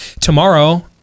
Tomorrow